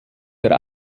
der